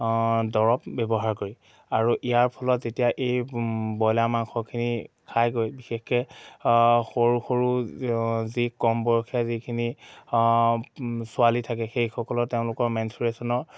ব্যৱহাৰ কৰি আৰু ইয়াৰ ফলত যেতিয়া এই ব্ৰইলাৰ মাংসখিনি খাই গৈ বিশেষকে সৰু সৰু কম বয়সীয়া যিখিনি ছোৱালী থাকে সেইসকলৰ মেন্সট্ৰোৱেশ্যন